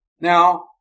Now